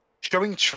showing